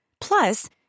Plus